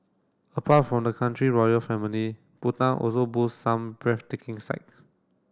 apart from the country royal family Bhutan also boasts some breathtaking sights